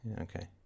Okay